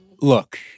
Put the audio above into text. Look